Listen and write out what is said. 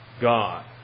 God